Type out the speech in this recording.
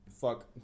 fuck